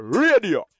radio